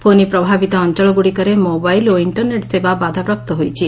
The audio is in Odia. ଫନି ପ୍ରଭାବିତ ଅଞଳଗୁଡ଼ିକରେ ମୋବାଇଲ୍ ଓ ଇକ୍କରନେଟ୍ ସେବା ବାଧାପ୍ରାପ୍ତ ହୋଇଛି